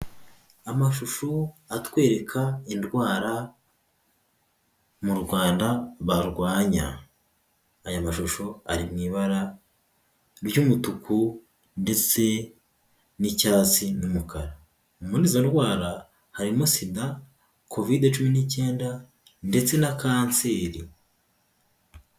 Amashusho atwereka indwara mu Rwanda barwanya. Aya mashusho ari mu ibara ry'umutuku ndetse n'icyatsi n'umukara, muri izo ndwara harimo SIDA, Covid cumi n'icyenda ndetse na kanseri.